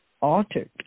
altered